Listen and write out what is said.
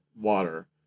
water